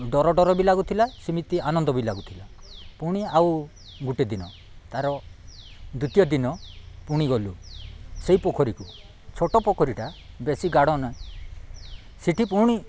ଡରଡର ବି ଲାଗୁଥିଲା ସେମିତି ଆନନ୍ଦ ବି ଲାଗୁଥିଲା ପୁଣି ଆଉ ଗୋଟେ ଦିନ ତା'ର ଦ୍ଵିତୀୟ ଦିନ ପୁଣି ଗଲୁ ସେହି ପୋଖରୀକୁ ଛୋଟ ପୋଖରୀଟା ବେଶୀ ଗାଡ଼ ନାହିଁ ସେଠି ପୁଣି